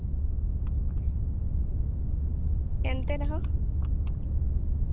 ᱮᱱᱛᱮ ᱨᱮᱦᱚᱸ